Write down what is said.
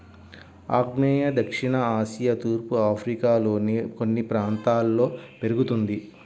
ఆగ్నేయ దక్షిణ ఆసియా తూర్పు ఆఫ్రికాలోని కొన్ని ప్రాంతాల్లో పెరుగుతుంది